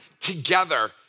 together